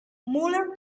muller